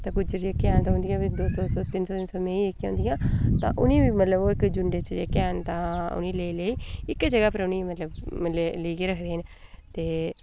तां गुज्जर जेह्के हैन उं'दियां बी दो सो दो सो तिन्न सो तिन सो मेंही जेह्कियां होंदियां तां उ'नें ई बी मतलब ओह् इक झुंडै च जेह्के हैन तां लेई लेई इक्कै जगह् पर उ'नें ई मतलब लेइयै रखदे न